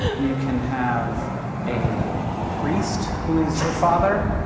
you can have a priest who is your father.